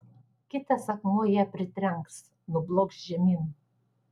kitas akmuo ją pritrenks nublokš žemyn